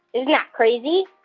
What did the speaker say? isn't that crazy?